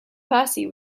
percy